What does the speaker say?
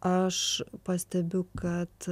aš pastebiu kad